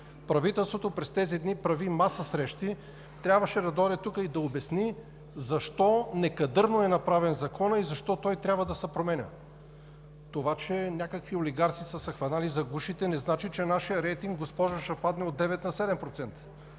Правителството през тези дни направи маса срещи, трябваше да дойде тук и да обясни защо Законът е направен некадърно и защо той трябва да се променя?! Това, че някакви олигарси са се хванали за гушите, не значи, че нашият рейтинг, госпожо, ще падне от 9 на 7%.